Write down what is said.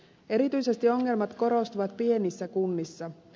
erityisesti ongelmat korostuvat pienissä kunnissa